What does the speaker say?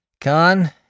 Con